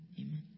Amen